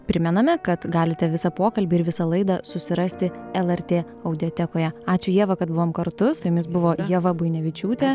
primename kad galite visą pokalbį ir visą laidą susirasti lrt audiotekoje ačiū ieva kad buvom kartu su jumis buvo ieva buinevičiūtė